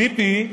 ציפי?